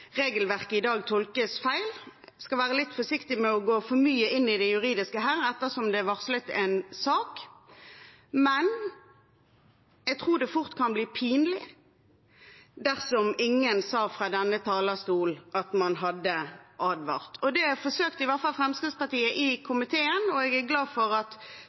regelverket i dag tolkes feil. Jeg skal være litt forsiktig med å gå for mye inn i det juridiske, ettersom det er varslet en sak, men jeg tror det fort kan bli pinlig dersom ingen fra denne talerstolen sa at man hadde advart. Det forsøkte i hvert fall Fremskrittspartiet i komiteen, og jeg er glad for at